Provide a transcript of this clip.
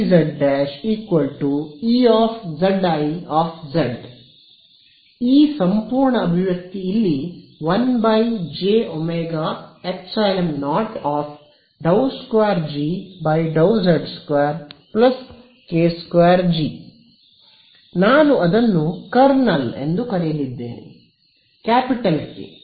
ಈ ಸಂಪೂರ್ಣ ಅಭಿವ್ಯಕ್ತಿ ಇಲ್ಲಿ 1 jωϵ0 ∂2G ∂z2 k2G ನಾನು ಅದನ್ನು ಕರ್ನಲ್ ಎಂದು ಕರೆಯಲಿದ್ದೇನೆ ಕ್ಯಾಪಿಟಲ್ ಕೆ